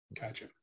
Gotcha